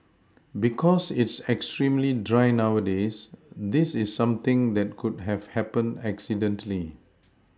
because it's extremely dry nowadays this is something that could have happened accidentally